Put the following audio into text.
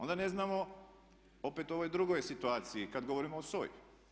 Onda ne znamo opet u ovoj drugoj situaciji kad govorimo o SOA-i.